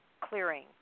clearing